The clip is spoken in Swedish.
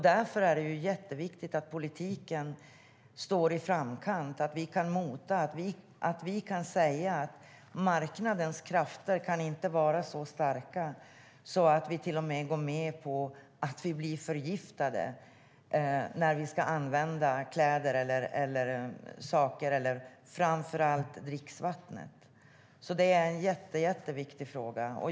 Därför är det jätteviktigt att politiken ligger i framkant, att vi kan säga att marknadens krafter inte kan vara så starka att vi till och med går med på att bli förgiftade när vi ska använda kläder eller framför allt dricksvattnet. Så det är en jätteviktig fråga.